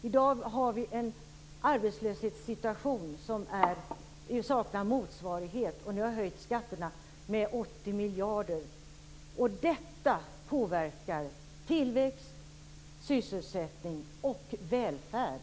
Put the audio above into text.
I dag har vi en arbetslöshetssituation som saknar motsvarighet och har höjt skatterna med 80 miljarder kronor. Detta påverkar tillväxt, sysselsättning och välfärd.